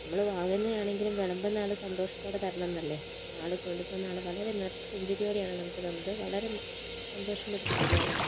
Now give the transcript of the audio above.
നമ്മൾ വാങ്ങുന്നതാണങ്കിലും വിളമ്പുന്നയാൾ സന്തോഷത്തോടെ തരണം എന്നല്ലേ അപ്പോൾ ആള് കൊണ്ടുത്തന്ന ആള് വളരെ നിറ പുഞ്ചിരിയോടെയാണ് നമുക്ക് തന്നത് വളരെ സന്തോഷമുള്ളൊരു കാര്യമാണത്